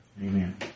Amen